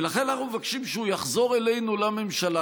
אנחנו מבקשים שהוא יחזור אלינו לממשלה,